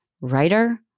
writer